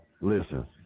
listen